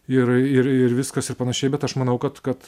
ir ir ir viskas ir panašiai bet aš manau kad kad